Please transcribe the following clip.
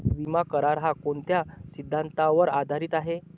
विमा करार, हा कोणत्या सिद्धांतावर आधारीत आहे?